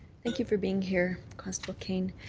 thank you for being here, constable cane.